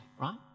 right